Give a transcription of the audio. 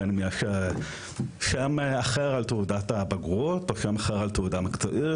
בין אם יש שם אחר על תעודת הבגרות או שם אחר על תעודה מקצועית.